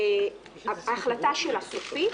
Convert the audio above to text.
ההחלטה שלה סופית,